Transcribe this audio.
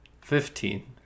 Fifteen